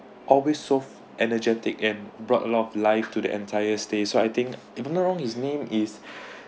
always so energetic and brought a lot of life to the entire stays if I'm not wrong his name is